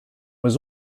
was